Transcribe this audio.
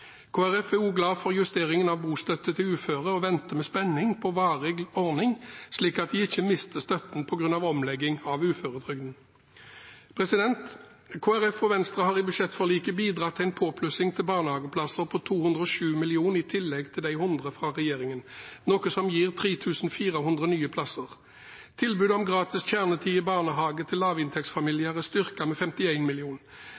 Folkeparti er også glad for justeringen av bostøtte til uføre og venter med spenning på en varig ordning, slik at de ikke mister støtten på grunn av omlegging av uføretrygden. Kristelig Folkeparti og Venstre har i budsjettforliket bidratt til en påplussing til barnehageplasser på 207 mill. kr i tillegg til 100 mill. kr fra regjeringen, noe som gir 3 400 nye plasser. Tilbudet om gratis kjernetid i barnehage til